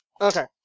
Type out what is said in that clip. Okay